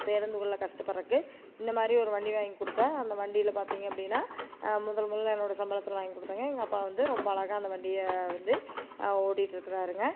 பேருந்துகளில் கஷ்டப்படுறக்கு இந்தமாதிரி ஒரு வண்டி வாங்கி கொடுத்தா அந்த வண்டியில பார்த்திங்க அப்படின்னா முதல் முதலில் என்னோட சம்பளத்தில் வாங்கி கொடுத்தங்க எங்கள் அப்பா வந்து ரொம்ப அழகா அந்த வண்டியை வந்து ஓட்டிகிட்டு இருக்குறாருங்க